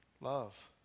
Love